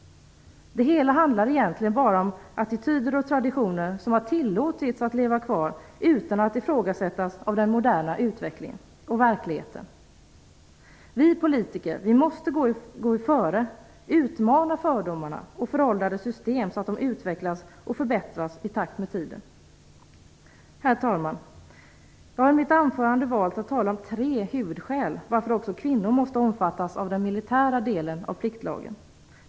Det hela handlar egentligen bara om attityder och traditioner som har tillåtits att leva kvar utan att ifrågasättas av den moderna utvecklingen och verkligheten. Vi politiker måste gå före, utmana fördomarna och föråldrade system så att de utvecklas och förbättras i takt med tiden. Herr talman! Jag har i mitt anförande valt att tala om tre huvudskäl till att också kvinnor måste omfattas av den militära delen av pliktlagen.